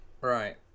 Right